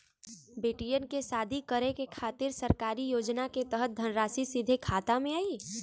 बेटियन के शादी करे के खातिर सरकारी योजना के तहत धनराशि सीधे खाता मे आई?